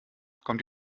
kommt